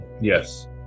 Yes